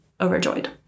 overjoyed